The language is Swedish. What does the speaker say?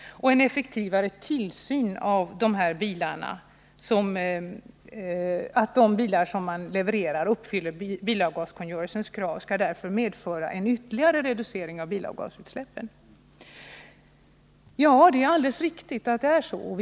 Det sägs vidare: ”En effektivare tillsyn av att de bilar som tillverkare och generalagenter levererar uppfyller bilavgaskungörelsens krav skulle därför medföra en ytterligare reducering av bilavgasutsläppen.” Det är alldeles riktigt att det förhåller sig så.